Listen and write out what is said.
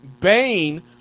Bane